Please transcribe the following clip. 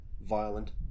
violent